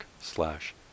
slash